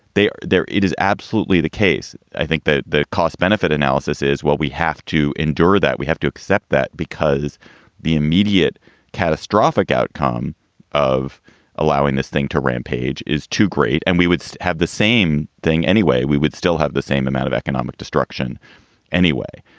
there there it is, absolutely the case. i think that the cost benefit analysis is what we have to endure, that we have to accept that because the immediate catastrophic outcome of allowing this thing to rampage is too great. and we would so have the same thing anyway. we would still have the same amount of economic destruction anyway.